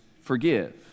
forgive